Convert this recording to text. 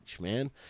man